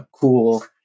cool